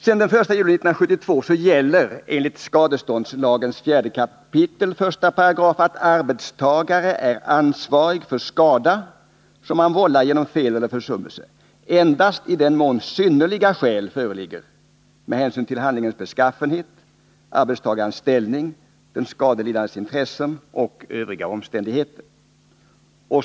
Sedan den 1 juli 1972 gäller enligt skadeståndslagens 4 kap. 1§ att arbetstagare är ansvarig för skada, som han vållar genom fel eller försummelse, endast i den mån synnerliga skäl föreligger med hänsyn till handlingens beskaffenhet, arbetstagarens ställning, den skadelidandes intresse och övriga omständigheter.